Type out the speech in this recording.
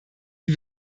die